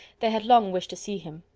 they had long wished to see him.